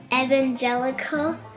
Evangelical